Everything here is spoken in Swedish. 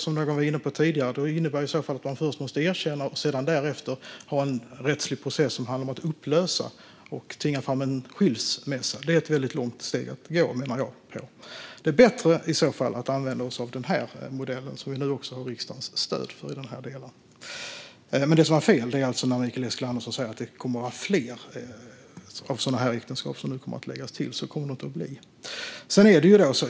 Som någon var inne på tidigare innebär det att man i så fall först måste erkänna äktenskapet och därefter ha en rättslig process som handlar om att upplösa det och tvinga fram en skilsmässa. Det är att gå väldigt långt, menar jag. Det är i så fall bättre att vi använder oss av den här modellen, som nu också har riksdagens stöd i den här delen. Det som var fel var dock det Mikael Eskilandersson sa om att fler sådana här äktenskap kommer att läggs till. Så kommer det inte att bli.